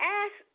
ask